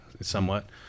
somewhat